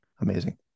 Amazing